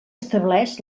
estableix